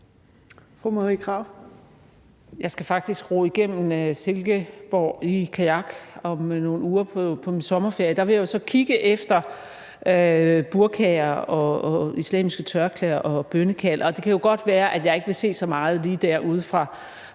Jeg skal faktisk ro igennem Silkeborg i kajak om nogle uger på min sommerferie, og der vil jeg så kigge efter burkaer og islamiske tørklæder og lytte efter bønnekald, og det kan jo godt være, at jeg ikke vil se så meget lige dér ude fra